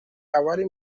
abari